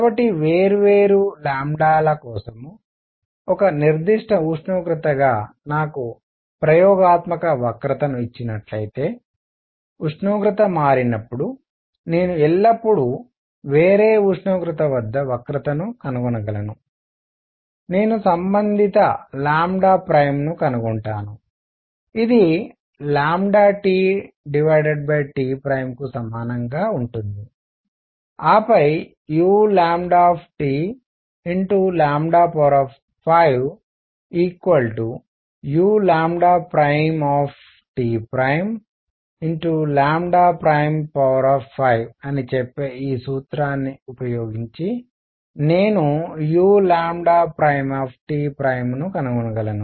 కాబట్టి వేర్వేరు కోసం ఒక నిర్దిష్ట ఉష్ణోగ్రత గా నాకు ప్రయోగాత్మక వక్రత ను ఇచ్చినట్లయితే ఉష్ణోగ్రత మారినప్పుడు నేను ఎల్లప్పుడూ వేరే ఉష్ణోగ్రత వద్ద వక్రతను కనుగొనగలను నేను సంబంధిత ను కనుగొంటాను ఇది TT కు సమానంగా ఉంటుంది ఆపై u5uT' 5 అని చెప్పే ఈ సూత్రాన్ని ఉపయోగించి నేను uT' ను కనుగొనగలను